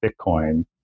Bitcoin